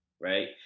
right